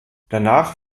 danach